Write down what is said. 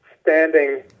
standing